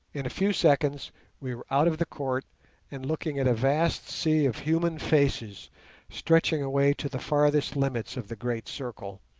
in a few seconds we were out of the court and looking at a vast sea of human faces stretching away to the farthest limits of the great circle,